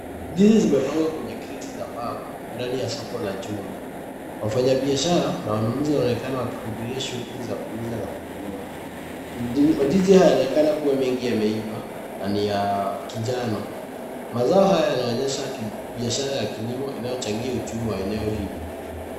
Ndizi zimepangwa kwenye kreti za mbao ndani ya soko la jumla. Wafanyabiashara na wananunuzi wanaonekana wakihudhuria shughuli za kuuza na kununua. Mandizi yanaonekana mengi yameiva na ni ya kinjano. Mazao haya yanaonyesha biashara ya kilimo inayochangia uchumi wa eneo hilo.